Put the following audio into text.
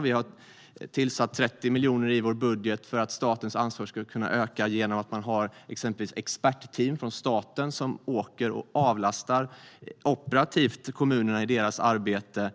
Vi har avsatt 30 miljoner i vår budget för att statens ansvar ska kunna öka genom att man exempelvis har expertteam från staten som operativt avlastar kommunerna i deras arbete,